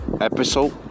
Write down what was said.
episode